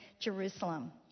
Jerusalem